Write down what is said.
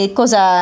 cosa